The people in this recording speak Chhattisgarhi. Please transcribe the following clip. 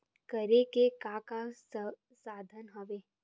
करे के का का साधन हवय?